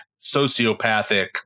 sociopathic